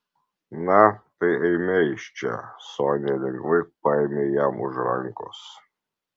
na tai eime iš čia sonia lengvai paėmė jam už rankos